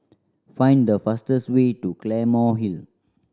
find the fastest way to Claymore Hill